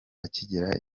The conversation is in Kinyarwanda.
akigera